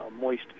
moist